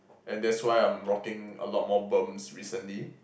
and that's why I'm rocking a lot more berms recently